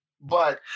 but-